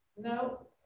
No